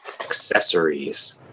Accessories